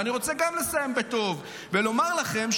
ואני רוצה גם לסיים בטוב ולומר לכם,